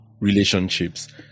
relationships